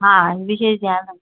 हाँ विशेष ध्यान है